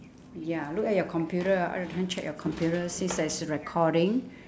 ya look at your computer can I check your computer since there's a recording